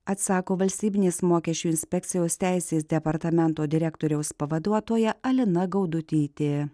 atsako valstybinės mokesčių inspekcijos teisės departamento direktoriaus pavaduotoja alina gaudutytė